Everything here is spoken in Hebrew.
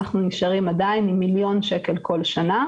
אנחנו נשארים עדיין עם מיליון שקל כל שנה,